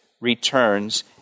returns